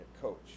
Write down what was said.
coach